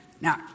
Now